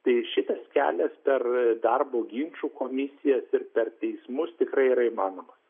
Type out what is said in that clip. tai šitas kelias per darbo ginčų komisijas ir per teismus tikrai yra įmanomas